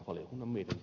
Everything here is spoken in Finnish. arvoisa puhemies